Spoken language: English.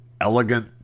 elegant